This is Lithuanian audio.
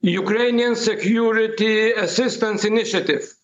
ukrainian security assistance initiative